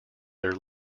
their